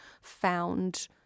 found